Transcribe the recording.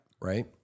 Right